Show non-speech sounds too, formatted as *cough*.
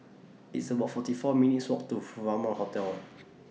It's about forty four minutes' Walk to *noise* Furama Hotel